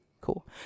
Cool